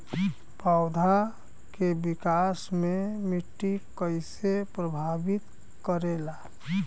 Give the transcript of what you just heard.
पौधा के विकास मे मिट्टी कइसे प्रभावित करेला?